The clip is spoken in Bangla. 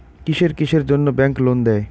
কিসের কিসের জন্যে ব্যাংক লোন দেয়?